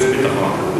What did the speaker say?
חוץ וביטחון.